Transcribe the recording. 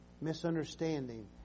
misunderstanding